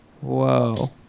Whoa